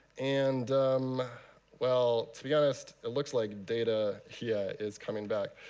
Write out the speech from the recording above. and well, to be honest, it looks like data yeah is coming back.